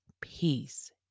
peace